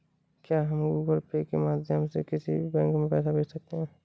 क्या हम Google Pay के माध्यम से किसी बैंक को पैसे भेज सकते हैं?